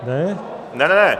Ne, ne, ne.